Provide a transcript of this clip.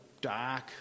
dark